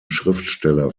schriftsteller